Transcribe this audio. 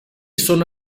sono